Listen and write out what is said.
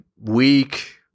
weak